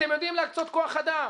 אתם יודעים להקצות כוח אדם,